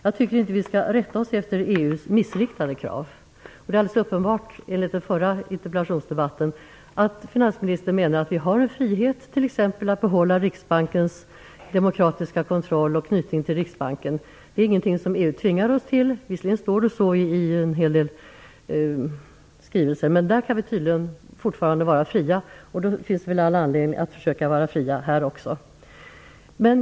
Jag tycker inte att vi skall rätta oss efter EU:s missriktade krav. Enligt den förra interpellationsdebatten är det alldeles uppenbart att finansministern menar att vi har en frihet att t.ex. behålla Riksbankens demokratiska kontroll. Det är ingenting som EU tvingar oss till. Det står visserligen så i en hel del skrivelser, men där kan vi tydligen fortfarande vara fria. Då finns det väl all anledning att försöka vara fria här också.